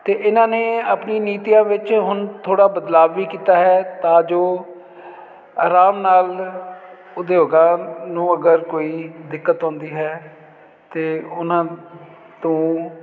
ਅਤੇ ਇਹਨਾਂ ਨੇ ਆਪਣੀ ਨੀਤੀਆਂ ਵਿੱਚ ਹੁਣ ਥੋੜ੍ਹਾ ਬਦਲਾਵ ਵੀ ਕੀਤਾ ਹੈ ਤਾਂ ਜੋ ਆਰਾਮ ਨਾਲ ਉਦਯੋਗਾਂ ਨੂੰ ਅਗਰ ਕੋਈ ਦਿੱਕਤ ਹੁੰਦੀ ਹੈ ਤਾਂ ਉਹਨਾਂ ਤੋਂ